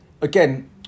again